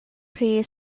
pri